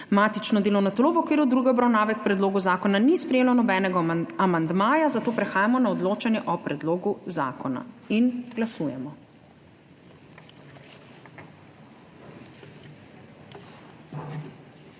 Matično delovno telo v okviru druge obravnave k predlogu zakona ni sprejelo nobenega amandmaja, zato prehajamo na odločanje o predlogu zakona. Glasujemo.